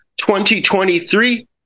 2023